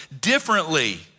differently